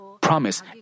promise